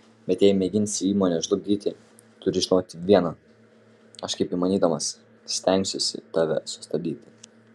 bet jei mėginsi įmonę žlugdyti turi žinoti viena aš kaip įmanydamas stengsiuosi tave sustabdyti